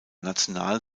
national